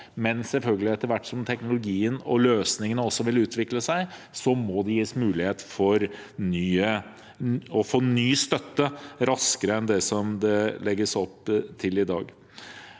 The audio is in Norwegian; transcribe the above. stopper opp, og etter hvert som teknologien og løsningene også utvikler seg, må det selvfølgelig gis mulighet for å få ny støtte raskere enn det som det legges opp til i dag.